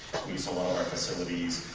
we saw all of our facilities,